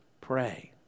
pray